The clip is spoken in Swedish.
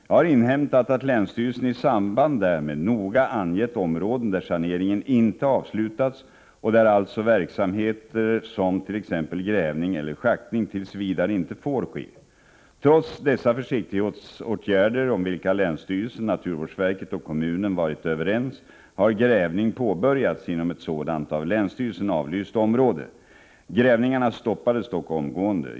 Jag har inhämtat att länsstyrelsen i samband därmed noga angett områden där saneringen inte avslutats och där alltså verksamheter som t.ex. grävning eller schaktning tills vidare inte får ske. Trots dessa försiktighetsåtgärder— om vilka länsstyrelsen, naturvårdsverket och kommunen varit överens — har grävning påbörjats inom ett sådant av länsstyrelsen avlyst område. Grävningarna stoppades dock omgående.